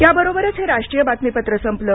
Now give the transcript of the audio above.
याबरोबरच हे राष्ट्रीय बातमीपत्र संपलं